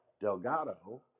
Delgado